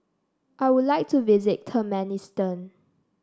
I would like to visit Turkmenistan